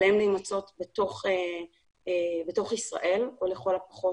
עליהם להימצא בתוך ישראל או לכל למשה